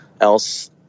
else